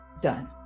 Done